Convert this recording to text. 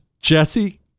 Jesse